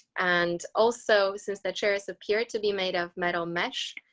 and also, since the chairs appear to be made of metal mesh,